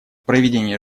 проведение